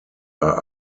are